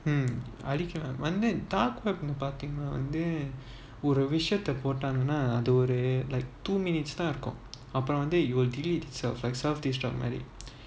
um அழிக்கலாம்வந்து:azhikalam vanthu dark web பார்த்தீங்கன்னாதான்இருக்கும்அப்புறம்வந்துமாதிரி:parthenganna thaan irukum apuram vanthu mathiri